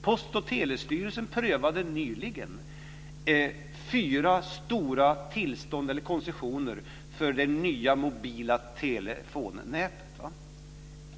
Post och telestyrelsen prövade nyligen fyra stora koncessioner för det nya mobila telefonnätet.